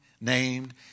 named